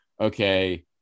okay